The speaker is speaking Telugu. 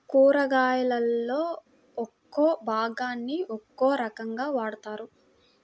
కూరగాయలలో ఒక్కో భాగాన్ని ఒక్కో రకంగా వాడతారు